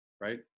right